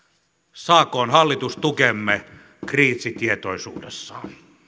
saakoon hallitus tukemme kriisitietoisuudessaan